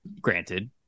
granted